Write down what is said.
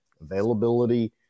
availability